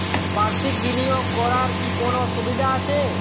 বাষির্ক বিনিয়োগ করার কি কোনো সুবিধা আছে?